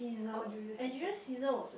oh Julius-Caesar